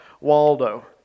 Waldo